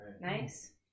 Nice